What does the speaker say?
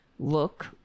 look